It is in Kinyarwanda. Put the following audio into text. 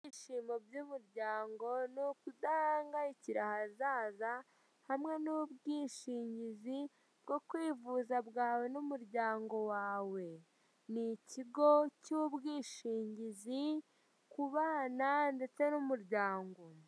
Ibyishimo by'umuryango ni ukudahangayikira ahazaza hamwe n'ubwishingizi bwo kwivuza bwawe n'umuryango wawe. Ni ikigo cy'ubwishingizi ku bana ndetse n'umuryango.